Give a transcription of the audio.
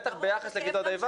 בטח ביחס לכיתות ה'-ו'.